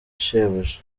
shebuja